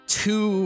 two